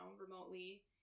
remotely